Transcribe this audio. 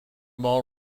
ball